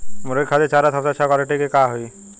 मुर्गी खातिर चारा सबसे अच्छा क्वालिटी के का होई?